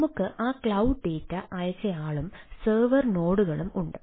നമുക്ക് ആ cloud data അയച്ചയാളും സെർവർ നോഡുകളും ഉണ്ട്